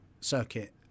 circuit